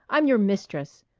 i'm your mistress.